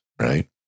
Right